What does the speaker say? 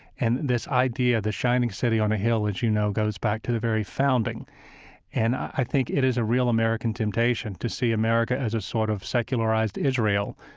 and this idea, the shining city on a hill, as you know, goes back to the very founding and i think it is a real american temptation to see america as a sort of secularized israel,